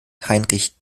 heinrich